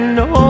no